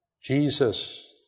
Jesus